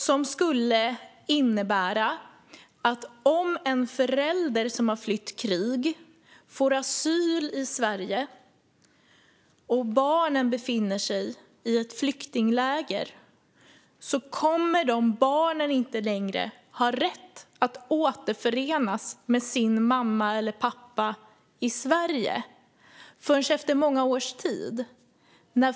Det skulle innebära att om en förälder som har flytt krig får asyl i Sverige och barnen befinner sig i ett flyktingläger kommer de barnen inte längre att ha rätt att återförenas med sin mamma eller pappa i Sverige förrän efter många års tid.